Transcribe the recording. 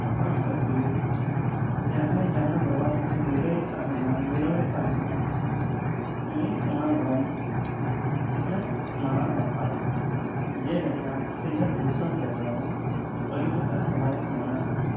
ᱟᱯᱟᱱ ᱟᱹᱯᱤᱱ ᱡᱟᱦᱟᱸᱭ ᱡᱟᱦᱟᱸ ᱫᱷᱚᱨᱚᱢ ᱛᱮ ᱱᱤᱨᱟᱹᱭᱮ ᱛᱟᱦᱮᱱᱟ ᱱᱤᱨᱚᱲᱮ ᱛᱟᱦᱮᱱᱟ ᱩᱱᱤ ᱚᱱᱟ ᱫᱷᱚᱨᱚᱢᱮ ᱢᱟᱱᱟᱣ ᱵᱟᱛᱟᱣᱟ ᱡᱮᱞᱮᱠᱟ ᱥᱤᱧ ᱚᱛ ᱫᱤᱥᱚᱢ ᱨᱮᱫᱚ ᱟᱹᱰᱤ ᱞᱮᱠᱟᱱ ᱫᱷᱚᱨᱚᱢ ᱢᱮᱱᱟᱜᱼᱟ